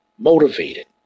motivated